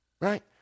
Right